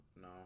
No